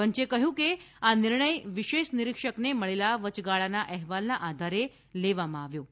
પંચે કહ્યું છે કે આ નિર્ણય વિશેષ નિરીક્ષકને મળેલા વચગાળાના અહેવાલના આધારે લેવામાં આવ્યો છે